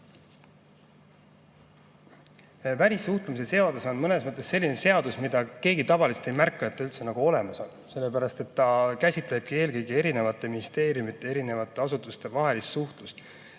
Välissuhtlemisseadus on mõnes mõttes selline seadus, mida keegi tavaliselt ei märka, et ta üldse olemas on. Sellepärast et see käsitleb eelkõige ministeeriumide ja erinevate asutuste vahelist suhtlust.